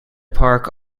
park